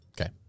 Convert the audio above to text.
okay